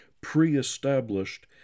pre-established